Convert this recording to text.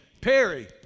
Perry